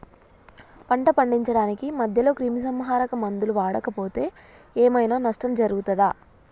పంట పండించడానికి మధ్యలో క్రిమిసంహరక మందులు వాడకపోతే ఏం ఐనా నష్టం జరుగుతదా?